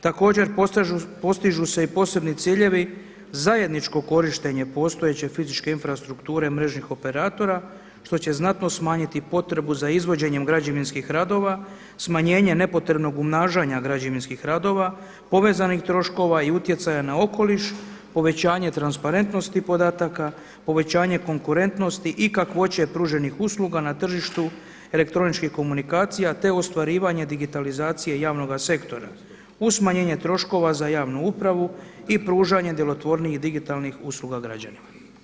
Također postižu se i posebni ciljevi zajedničko korištenje postojeće fizičke infrastrukture mrežnih operatora što će znatno smanjiti potrebu za izvođenjem građevinskih radova, smanjenje nepotrebnog umnažanja građevinskih radova, povezanih troškova i utjecaja na okoliš, povećanje transparentnosti podataka, povećanje konkurentnosti i kakvoće pruženih usluga na tržištu elektroničkih komunikacija te ostvarivanje digitalizacije javnoga sektora uz smanjenje troškova za javnu upravu i pružanje djelotvornijih digitalnih usluga građanima.